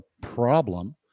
problem